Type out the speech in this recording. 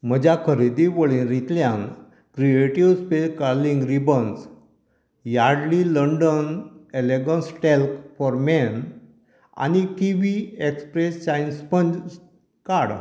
म्हज्या खरेदी वळेरेंतल्यान creative space curling ribbons Yardley London elegance talc for man आनी किवी एक्सप्रेस शाइन स्पंज काड